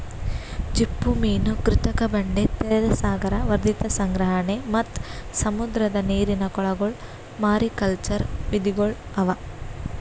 ಚಿಪ್ಪುಮೀನು, ಕೃತಕ ಬಂಡೆ, ತೆರೆದ ಸಾಗರ, ವರ್ಧಿತ ಸಂಗ್ರಹಣೆ ಮತ್ತ್ ಸಮುದ್ರದ ನೀರಿನ ಕೊಳಗೊಳ್ ಮಾರಿಕಲ್ಚರ್ ವಿಧಿಗೊಳ್ ಅವಾ